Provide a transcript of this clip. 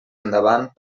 endavant